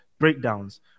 breakdowns